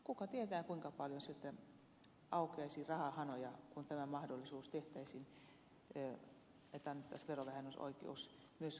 kuka tietää kuinka paljon sitten aukeaisi rahahanoja kun tämä mahdollisuus annettaisiin annettaisiin verovähennysoikeus myös kehitysyhteistyölle